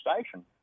station